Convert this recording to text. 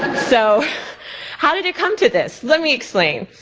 so how did it come to this? let me explain.